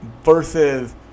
Versus